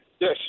Yes